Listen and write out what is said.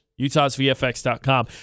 utahsvfx.com